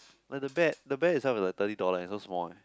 like the bear the bear itself is like thirty dollar and so small eh